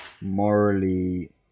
morally